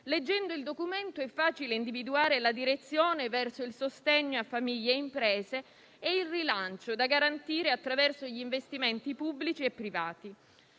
Leggendo il Documento è facile individuare la direzione verso il sostegno a famiglie e imprese e il rilancio, da garantire attraverso gli investimenti pubblici e privati.